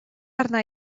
arna